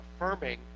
affirming